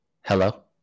hello